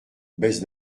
baisse